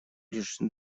лишь